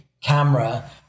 camera